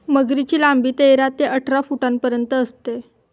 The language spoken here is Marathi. मगरीची लांबी तेरा ते अठरा फुटांपर्यंत असते